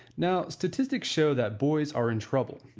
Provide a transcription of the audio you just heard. now, statistic show that boys are in trouble.